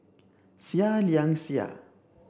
Seah Liang Seah